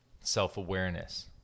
self-awareness